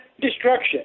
destruction